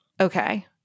okay